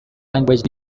language